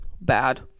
bad